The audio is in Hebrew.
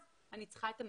אז אני צריכה את המענק.